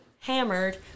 hammered